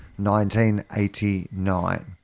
1989